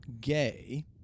gay